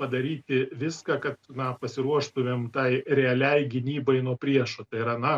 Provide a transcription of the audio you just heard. padaryti viską kad na pasiruoštumėm tai realiai gynybai nuo priešo tai yra na